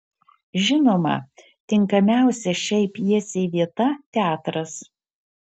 žinoma tinkamiausia šiai pjesei vieta teatras